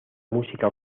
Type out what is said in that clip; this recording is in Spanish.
música